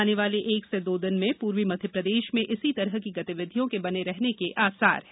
आने वाले एक से दो दिन में पूर्वी मध्यप्रदेश में इसी तरह की गतिविधियों के बने रहने के आसार हैं